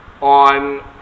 on